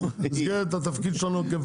ואז יגיעו הקונצרנים